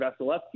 Vasilevsky